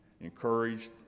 encouraged